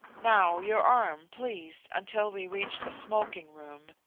now your arm, please, until we reach the smoking room,